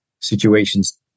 situations